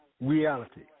reality